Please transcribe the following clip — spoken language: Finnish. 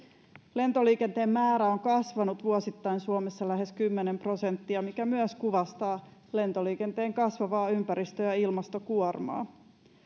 lentoliikenteen määrä on kasvanut vuosittain suomessa lähes kymmenen prosenttia mikä myös kuvastaa lentoliikenteen kasvavaa ympäristö ja ilmastokuormaa